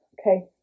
Okay